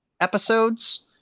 episodes